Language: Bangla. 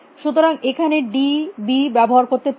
সুতরাং এখানেও d b ব্যবহার করতে পারি